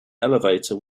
elevator